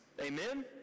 Amen